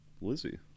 Lizzie